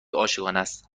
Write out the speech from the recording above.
عاشقانست